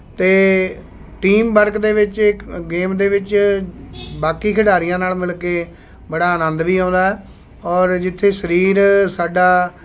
ਅਤੇ team work ਦੇ ਵਿੱਚ ਇੱਕ ਗੇਮ ਦੇ ਵਿੱਚ ਬਾਕੀ ਖਿਡਾਰੀਆਂ ਨਾਲ ਮਿਲ ਕੇ ਬੜਾ ਆਨੰਦ ਵੀ ਆਉਂਦਾ ਔਰ ਜਿੱਥੇ ਸਰੀਰ ਸਾਡਾ